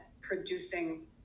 producing